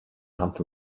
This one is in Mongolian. хамт